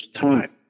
time